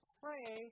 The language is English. pray